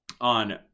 on